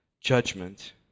judgment